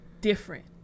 different